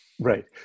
Right